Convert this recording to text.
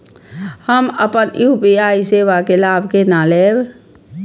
हम अपन यू.पी.आई सेवा के लाभ केना लैब?